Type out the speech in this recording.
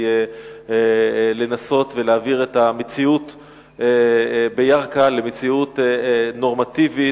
לנסות ולהעביר את המציאות בירכא למציאות נורמטיבית,